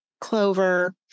clover